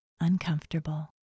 Uncomfortable